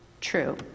true